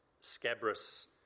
scabrous